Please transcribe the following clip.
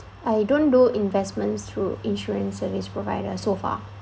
I don't do investments through insurance service provider so far